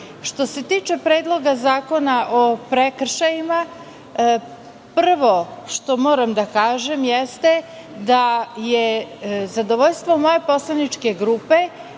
se tiče Predloga zakona o prekršajima, prvo što moram da kažem jeste da je zadovoljstvo moje poslaničke grupe